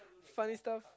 funny stuffs